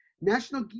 National